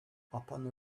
upon